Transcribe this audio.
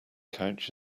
couch